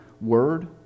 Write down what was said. word